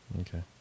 Okay